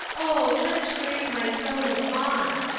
oh! live to raise my stone of moss!